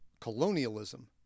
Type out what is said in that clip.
Colonialism